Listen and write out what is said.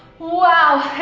wow,